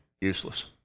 useless